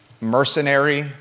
mercenary